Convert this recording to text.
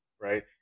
right